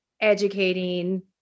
educating